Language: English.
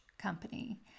company